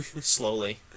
Slowly